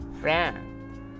friend